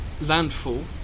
landfall